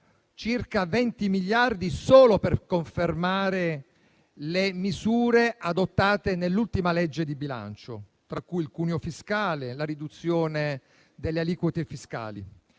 circa 20 miliardi solo per confermare le misure adottate nell'ultima legge di bilancio, tra cui il cuneo fiscale e la riduzione delle aliquote fiscali,